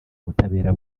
butabera